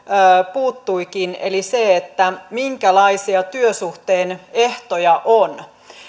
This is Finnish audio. puuttuikin eli sen minkälaisia työsuhteen ehtoja on